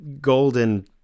golden